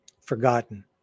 forgotten